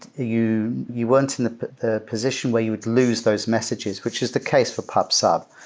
you you weren't in the the position where you'd lose those messages, which is the case for pub sub.